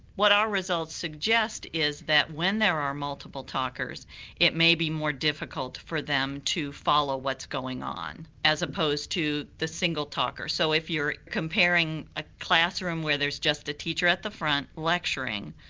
what our results suggest is that when there are multiple talkers it may be more difficult for them to follow what's going on as opposed to the single talker. so if you're comparing a classroom where there's just a teacher at the front lecturing,